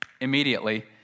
immediately